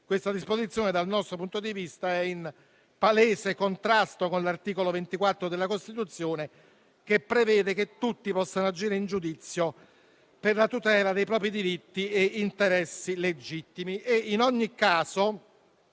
Questa disposizione, dal nostro punto di vista, è in palese contrasto con l'articolo 24 della Costituzione, che prevede che tutti possano agire in giudizio per la tutela dei propri diritti e interessi legittimi.